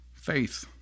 faith